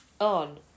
on